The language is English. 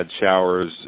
showers